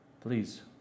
Please